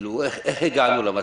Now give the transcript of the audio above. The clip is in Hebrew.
אנחנו בקשר עם הרשות המקומית.